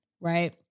right